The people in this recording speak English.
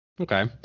Okay